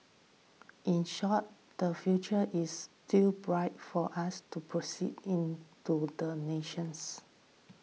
in short the future is still bright for us to proceed into the nation's